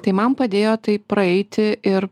tai man padėjo tai praeiti ir